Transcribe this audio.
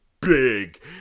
big